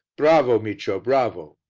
bravo, micio, bravo!